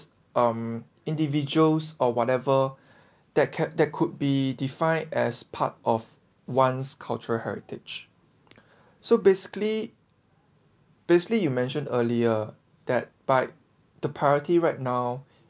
um individuals or whatever that kept that could be defined as part of one's cultural heritage so basically basically you mentioned earlier that bike the priority right now